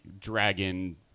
dragon